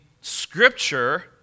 Scripture